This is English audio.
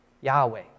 Yahweh